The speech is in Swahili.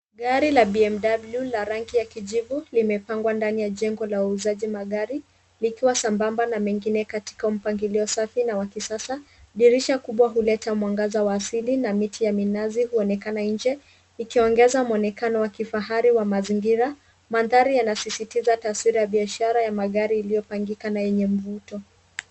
Gari la BMW la rangi ya kijivu limepangwa ndani ya jengo la uuzaji magari, likiwa sambamba na mengine katika mpangilio safi na wa kisasa. Dirisha kubwa huleta mwanga wa asili na miti ya minazi huonekana nje, ikiongeza mwonekano wa kifahari wa mazingira. Mandhari yanasisitiza taswira ya biashara ya magari iliyopangika na yenye mvuto.